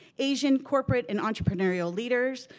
asian corporate and entrepreneurial leaders,